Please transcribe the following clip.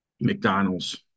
McDonald's